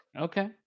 okay